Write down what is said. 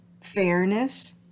fairness